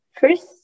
first